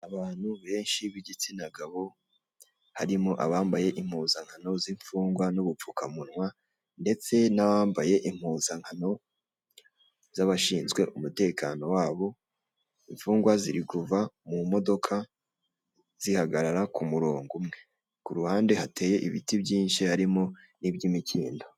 Abantu benshi b'igitsina gabo harimo abambaye impuzankano z'imfungwa n'ubupfukamunwa ndetse n'abambaye impuzankano z'abashinzwe umutekano wabo, imfungwa ziri kuva mu modoka zihagarara ku murongo umwe. Ku ruhande hateye ibiti byinshi harimo n'iby'imikindo.